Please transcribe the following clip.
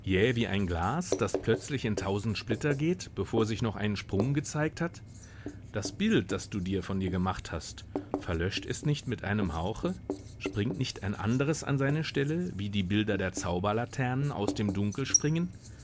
wie ein glas das plötzlich in tausend splitter geht bevor sich noch ein sprung gezeigt hat das bild das du dir von dir gemacht hast verlöscht es nicht mit einem hauche springt nicht ein anderes an seine stelle wie die bilder der zauberlaternen aus dem dunkel springen